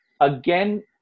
Again